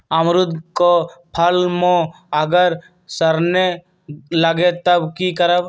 अमरुद क फल म अगर सरने लगे तब की करब?